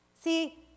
See